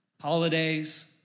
holidays